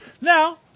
Now